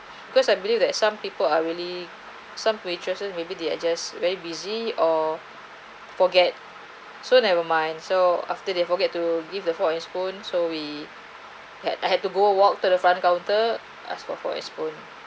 because I believe that some people are really some waitresses maybe they are just very busy or forget so never mind so after they forget to give the fork and spoon so we had had to go walk to the front counter ask for fork and spoon